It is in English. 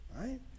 right